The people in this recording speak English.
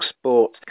sport